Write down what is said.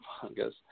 fungus